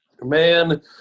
man